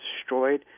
destroyed